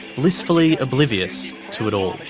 blissfully oblivious to it all.